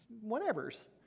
whatever's